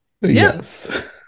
Yes